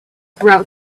throughout